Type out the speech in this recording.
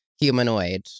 Humanoid